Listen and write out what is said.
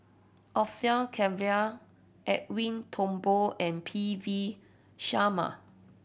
Orfeur Cavenagh Edwin Thumboo and P V Sharma